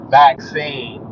vaccine